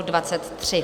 23.